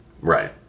Right